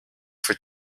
for